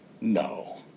No